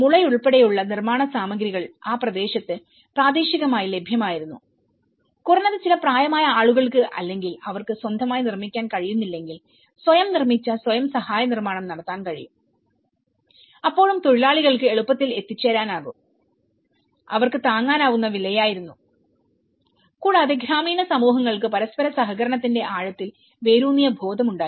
മുളയുൾപ്പെടെയുള്ള നിർമ്മാണ സാമഗ്രികൾ ആ പ്രദേശത്ത് പ്രാദേശികമായി ലഭ്യമായിരുന്നു കുറഞ്ഞത് ചില പ്രായമായ ആളുകൾക്ക് അല്ലെങ്കിൽ അവർക്ക് സ്വന്തമായി നിർമ്മിക്കാൻ കഴിയുന്നില്ലെങ്കിൽ സ്വയം നിർമ്മിച്ച സ്വയം സഹായ നിർമ്മാണം നടത്താൻ കഴിയും അപ്പോഴും തൊഴിലാളികൾക്ക് എളുപ്പത്തിൽ എത്തിച്ചേരാനാകും അവർക്ക് താങ്ങാനാവുന്ന വിലയായിരുന്നുകൂടാതെ ഗ്രാമീണ സമൂഹങ്ങൾക്ക് പരസ്പര സഹകരണത്തിന്റെ ആഴത്തിൽ വേരൂന്നിയ ബോധം ഉണ്ടായിരുന്നു